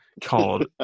called